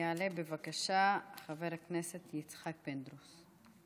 יעלה, בבקשה, חבר הכנסת יצחק פינדרוס.